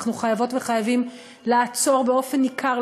אנחנו חייבות וחייבים לעצור באופן ניכר,